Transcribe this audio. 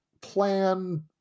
plan